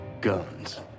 Guns